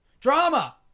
Drama